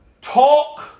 Talk